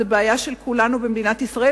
זאת בעיה של כולנו במדינת ישראל,